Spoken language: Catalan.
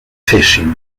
fessin